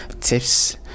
tips